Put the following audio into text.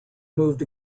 moved